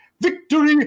victory